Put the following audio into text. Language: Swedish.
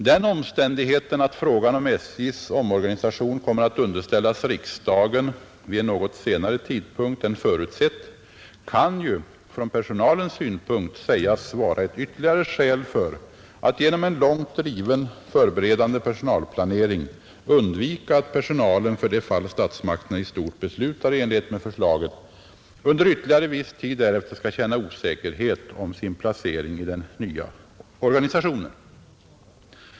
Den omständigheten att frågan om SJ:s omorganisation kommer att underställas riksdagen vid en något senare tidpunkt än förutsett kan ju från personalens synpunkt sägas vara ett ytterligare skäl för att genom en långt driven förberedande personalplanering undvika att personalen — för det fall statsmakterna i stort beslutar i enlighet med förslaget — under ytterligare viss tid därefter skall känna osäkerhet om sin placering i den nya organisationen.